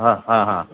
हां हां हां